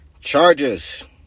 charges